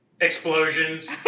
Explosions